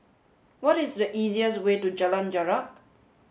what is the easiest way to Jalan Jarak